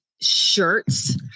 shirts